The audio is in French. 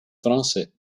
français